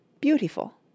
beautiful